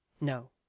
No